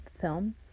film